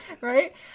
Right